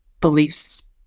beliefs